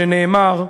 שנאמר.